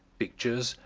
pictures,